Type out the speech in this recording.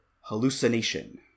Hallucination